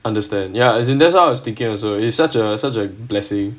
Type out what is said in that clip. understand ya as in that's what I was thinking also it's such a such a blessing